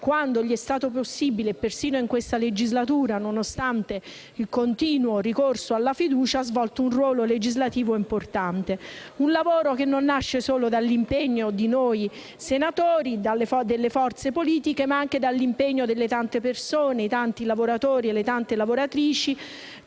quando gli è stato possibile e persino in questa legislatura nonostante il continuo ricorso alla fiducia, ha svolto un lavoro legislativo importante. Un lavoro che non nasce solo dall'impegno di noi senatori e delle forze politiche, ma anche dall'impegno delle tante persone, dei tanti lavoratori e lavoratrici